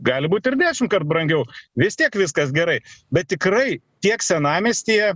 gali būt ir dešimtkart brangiau vis tiek viskas gerai bet tikrai tiek senamiestyje